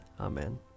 Amen